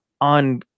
on